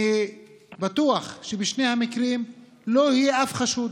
אני בטוח שבשני המקרים לא יהיה אף חשוד,